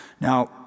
Now